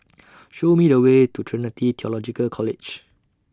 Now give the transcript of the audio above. Show Me The Way to Trinity Theological College